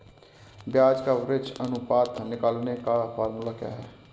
ब्याज कवरेज अनुपात निकालने का फॉर्मूला क्या है?